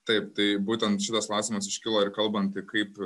taip tai būtent šitas klausimas iškilo ir kalbant kaip